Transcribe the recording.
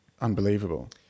unbelievable